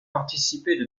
participaient